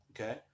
okay